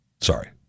Sorry